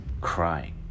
crying